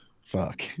fuck